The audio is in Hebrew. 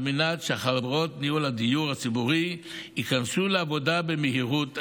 על מנת שחברות ניהול הדיור הציבורי ייכנסו לעבודה במהירות האפשרית.